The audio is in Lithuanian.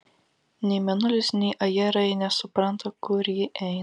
nei mėnulis nei ajerai nesupranta kur ji eina